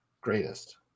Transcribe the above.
greatest